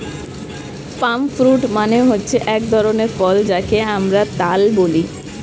পাম fruit মানে হচ্ছে এক ধরনের ফল যাকে আমরা তাল বলি